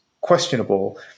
questionable